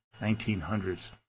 1900s